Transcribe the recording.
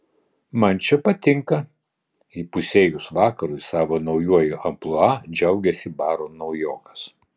man čia patinka įpusėjus vakarui savo naujuoju amplua džiaugėsi baro naujokas